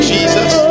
Jesus